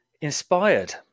inspired